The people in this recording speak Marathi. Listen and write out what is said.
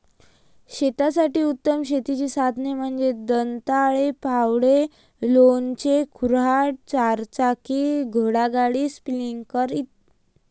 शेतासाठी उत्तम शेतीची साधने म्हणजे दंताळे, फावडे, लोणचे, कुऱ्हाड, चारचाकी घोडागाडी, स्प्रिंकलर इ